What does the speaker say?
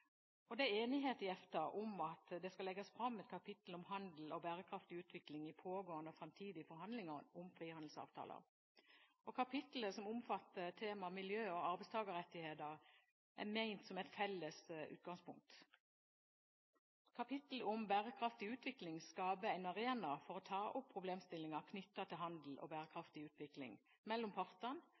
Det er enighet i EFTA om at det skal legges fram et kapittel om handel og bærekraftig utvikling i pågående og fremtidige forhandlinger om frihandelsavtaler. Kapitlet omfatter temaene miljø og arbeidstakerrettigheter og er ment som et felles utgangspunkt. Kapitlet om bærekraftig utvikling skaper en arena for å ta opp problemstillinger knyttet til handel og bærekraftig utvikling mellom partene